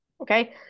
okay